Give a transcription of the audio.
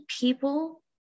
people